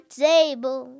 table